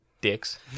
Dicks